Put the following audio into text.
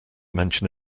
mention